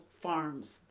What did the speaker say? farms